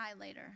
later